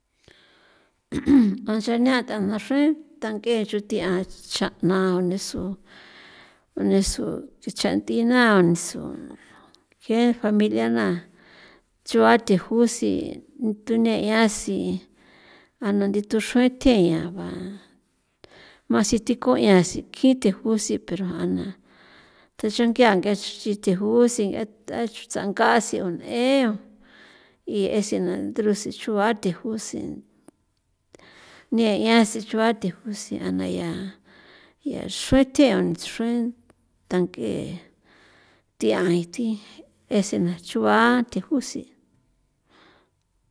a cha'na thana xre tanke xuthi'a cha'na o nisu unesu nche ncha th'ina o nisu ng'e familia na chua thijusi thune 'iasi a na ndi thuxrui the'ia ba masithi ko'ia si kji thi kjusi pero jana the changia nge xi thujusi a tsanga tsio'o e y esela nthure sechua thujusi ne 'ian sichuathji jusi ana ya ya xruin thjio xruin thank'e thian ithi esena chua thijusi.